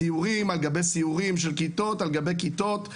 סיורים על גבי סיורים של כיתות על גבי כיתות בכנסת,